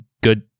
good